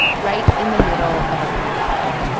right in the middle of a pandemic.